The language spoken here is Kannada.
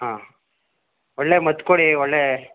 ಹಾಂ ಒಳ್ಳೆಯ ಮದ್ದು ಕೊಡಿ ಒಳ್ಳೆಯ